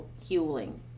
Healing